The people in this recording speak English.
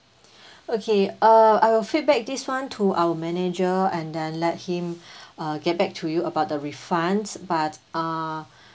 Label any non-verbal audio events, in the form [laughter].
[breath] okay uh I will feedback this [one] to our manager and then let him [breath] uh get back to you about the refunds but uh [breath]